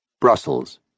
Brussels